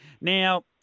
Now